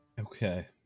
Okay